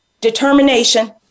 determination